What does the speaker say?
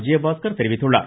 விஜயபாஸ்கர் தெரிவித்துள்ளார்